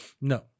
No